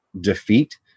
defeat